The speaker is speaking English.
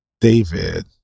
David